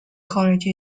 college